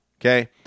Okay